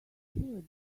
sure